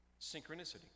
synchronicity